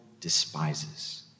despises